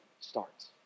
starts